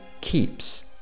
keeps